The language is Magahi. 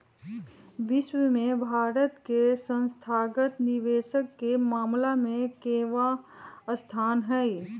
विश्व में भारत के संस्थागत निवेशक के मामला में केवाँ स्थान हई?